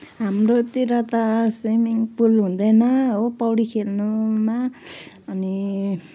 हाम्रोतिर त swimming pool हुँदैन हो पौडी खेल्नुमा अनि